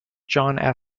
john